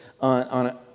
on